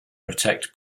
protect